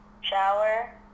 shower